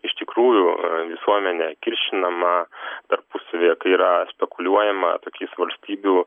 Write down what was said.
iš tikrųjų visuomenė kiršinama tarpusavyje kai yra spekuliuojama tokiais valstybių